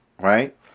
right